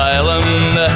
Island